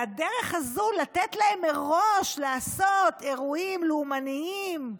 והדרך הזאת לתת להם מראש לעשות אירועים לאומניים,